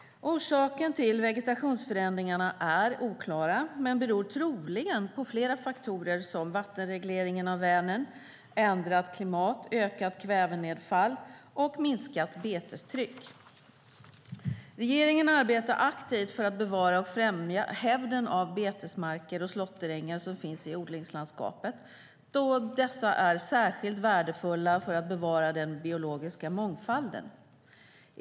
Orsaken till vegetationsförändringarna är oklara, men dessa beror troligen på flera faktorer som vattenregleringen av Vänern, ändrat klimat, ökat kvävenedfall och minskat betestryck. Regeringen arbetar aktivt för att bevara och främja hävden av betesmarker och slåtterängar som finns i odlingslandskapet, då dessa är särskilt värdefulla för att bevara den biologiska mångfalden.